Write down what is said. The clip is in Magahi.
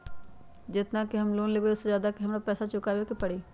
जेतना के हम लोन लेबई ओ से ज्यादा के हमरा पैसा चुकाबे के परी?